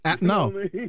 No